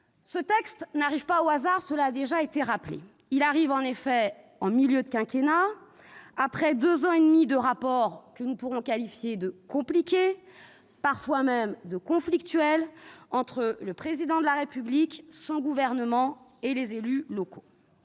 Ce texte n'arrive pas au hasard. Il arrive en effet en milieu de quinquennat, après deux ans et demi de rapports que l'on peut qualifier de compliqués, parfois même conflictuels, entre le Président de la République, son gouvernement et les élus locaux.